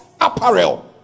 apparel